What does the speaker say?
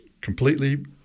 completely